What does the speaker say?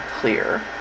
clear